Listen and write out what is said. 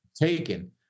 taken